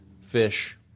fish